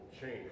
change